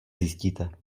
zjistíte